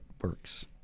works